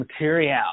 Material